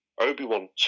Obi-Wan